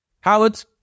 Howard